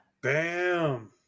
Bam